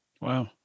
Wow